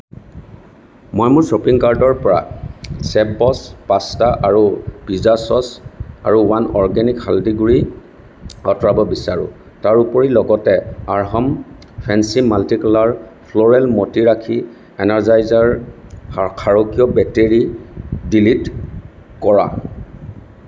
মই মোৰ শ্বপিং কাৰ্টৰ পৰা চেফবছ পাষ্টা আৰু পিজ্জা ছচ আৰু ওৱান অৰ্গেনিক হালধি গুড়ি আঁতৰাব বিচাৰোঁ তাৰোপৰি লগতে অৰ্হম ফেঞ্চী মাল্টিকালাৰ ফ্লোৰেল মতি ৰাখী এনাৰজাইজাৰ ক্ষাৰকীয় বেটাৰী ডিলিট কৰা